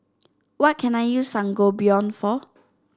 what can I use Sangobion for